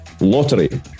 Lottery